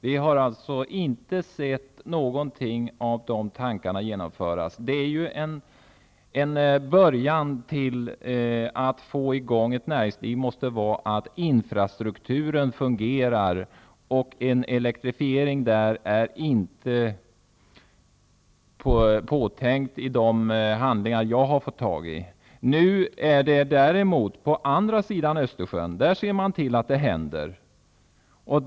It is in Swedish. Vi har inte sett några av de tankarna genomföras. En början till att få i gång ett näringsliv måste vara att infrastrukturen fungerar. En elektrifiering är inte påtänkt i de handlingar jag har fått tag i. På andra sidan Östersjön ser man däremot till att det händer saker.